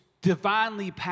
divinely